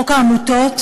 חוק העמותות